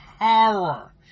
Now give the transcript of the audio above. horror